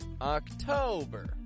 october